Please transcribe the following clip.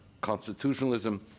constitutionalism